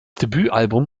debütalbum